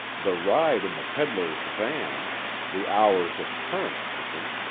the ride in the pedler's van, the hours of currant-picking,